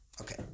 Okay